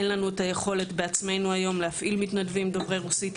כיום לנו עצמנו אין את היכולת להפעיל מתנדבים דוברי רוסית,